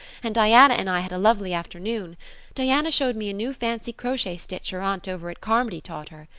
and diana and i had a lovely afternoon diana showed me a new fancy crochet stitch her aunt over at carmody taught her.